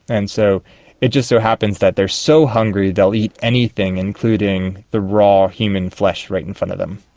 and so it just so happens that they are so hungry they will eat anything, including the raw human flesh right in front of them.